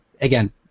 Again